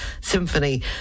symphony